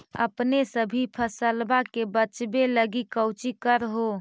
अपने सभी फसलबा के बच्बे लगी कौची कर हो?